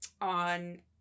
on